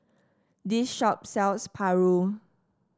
this shop sells paru